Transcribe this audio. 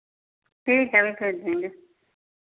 ठीक है देंगे